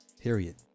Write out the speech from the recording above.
period